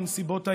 בנסיבות העניין,